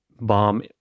bomb